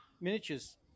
miniatures